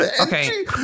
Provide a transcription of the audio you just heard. Okay